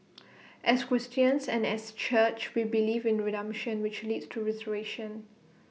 as Christians and as church we believe in redemption which leads to restoration